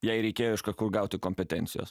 jai reikėjo iš kažkur gauti kompetencijos